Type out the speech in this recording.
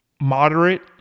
moderate